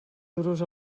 duros